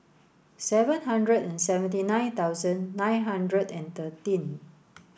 seven hundred and seventy nine thousand nine hundred and thirteen